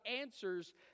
answers